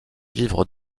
vivre